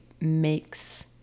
makes